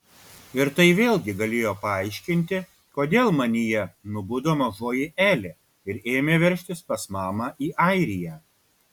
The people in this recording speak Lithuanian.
ir tai vėlgi galėjo paaiškinti kodėl manyje nubudo mažoji elė ir ėmė veržtis pas mamą į airiją